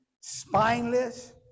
spineless